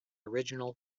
original